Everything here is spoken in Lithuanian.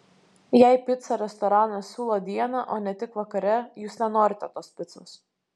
jei picą restoranas siūlo dieną o ne tik vakare jūs nenorite tos picos